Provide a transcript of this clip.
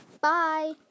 Bye